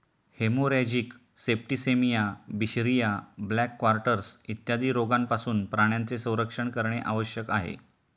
haemorrhagic septicaemia, बिशरिया, black quarters इत्यादी रोगांपासून प्राण्यांचे संरक्षण करणे आवश्यक आहे